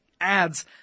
adds